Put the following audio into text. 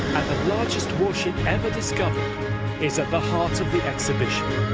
the largest warship ever discovered is at the heart of the exhibition.